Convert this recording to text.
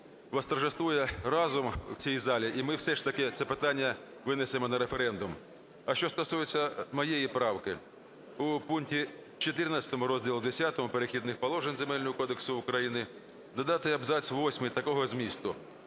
восторжествує розум у цій залі - і ми все ж таки це питання винесемо на референдум. А що стосується моєї правки. У пункті 14 розділу Х "Перехідних положень Земельного кодексу України додати абзац восьмий такого змісту: